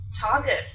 target